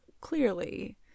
clearly